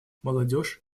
молодежь